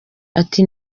ati